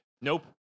Nope